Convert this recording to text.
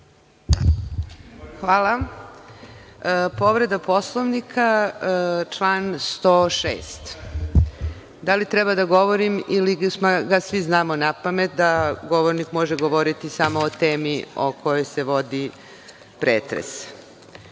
Hvala. Povreda Poslovnika, člana 106. Da li treba da govorim ili ga svi znamo napamet? Da govornik može govoriti samo o temi o kojoj se vodi pretres.